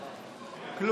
אמר?